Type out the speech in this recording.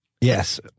Yes